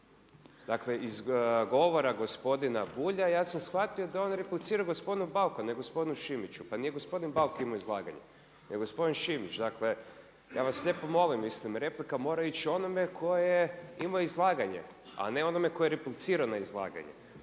Dakle iz govora gospodina Bulja ja sam shvatio da on replicira gospodinu Bauku a ne gospodinu Šimiću. Pa nije gospodin Bauk imao izlaganje nego gospodin Šimić. Dakle, ja vas lijepo molim. Mislim replika mora ići onome ko je imao izlaganje, a ne onome tko je replicirao na izlaganje.